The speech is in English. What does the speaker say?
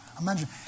imagine